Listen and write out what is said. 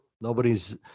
Nobody's